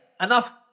enough